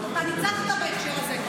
אתה ניצחת בהקשר הזה,